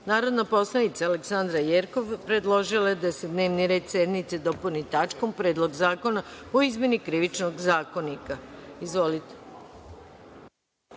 predlog. Narodna poslanica Aleksandra Jerkov predložila je da se dnevni red sednice dopuni tačkom – Predlog zakona o izmeni Krivičnog zakonika. Izvolite.